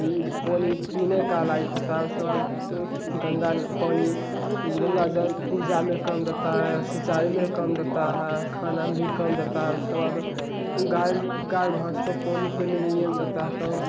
ई पानी पीने का लायक होता है उसके बाद में गंगान पानी गंगा जल पूजा में काम देता है सिंचाई में भी काम देता है खाना म भी काम देता है उसके बाद में गाय भी गाय भैंस को पानी पीने नहिए न देता है काम